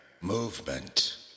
movement